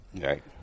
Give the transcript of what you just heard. Right